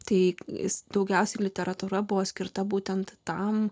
taip jis daugiausiai literatūra buvo skirta būtent tam